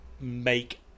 make